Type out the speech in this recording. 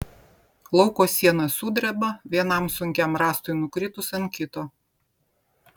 lauko siena sudreba vienam sunkiam rąstui nukritus ant kito